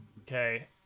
Okay